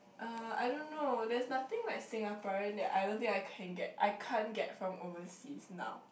uh I don't know there's nothing like Singaporean that I don't think I can get I can't get from overseas now